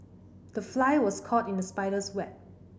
the fly was caught in the spider's web